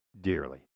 dearly